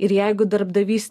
ir jeigu darbdavys